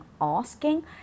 asking